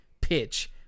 pitch